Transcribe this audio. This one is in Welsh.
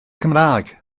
cymraeg